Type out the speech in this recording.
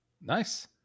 Nice